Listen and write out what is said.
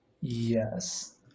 Yes